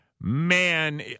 Man